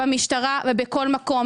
במשטרה ובכל מקום.